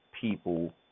people